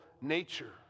nature